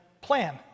plan